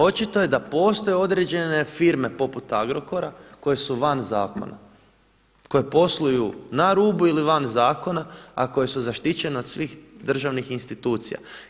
Očito je da postoje određene firme poput Agrokora koje su van zakona, koje posluju na rubu ili van zakona a koje su zaštićene od svih državnih institucija.